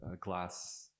glass